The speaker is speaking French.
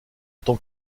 tant